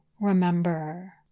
remember